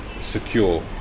secure